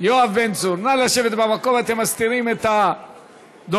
נא לשבת במקום, אתם מסתירים את הדוברת.